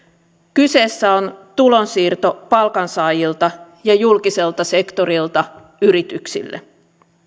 kyseessä on tulonsiirto palkansaajilta ja julkiselta sektorilta yrityksille